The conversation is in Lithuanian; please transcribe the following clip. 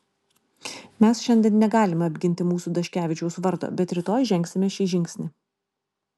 mes šiandien negalime apginti mūsų daškevičiaus vardo bet rytoj žengsime šį žingsnį